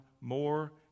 more